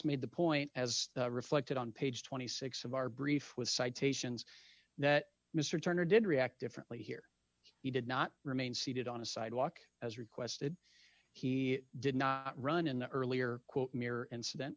made the point as reflected on page twenty six of our brief with citations that mr turner did react differently here he did not remain seated on a sidewalk as requested he did not run in the earlier quote mirror